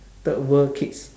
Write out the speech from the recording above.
third world kids